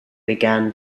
began